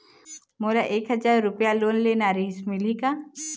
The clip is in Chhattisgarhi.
मोला एक हजार रुपया लोन लेना रीहिस, मिलही का?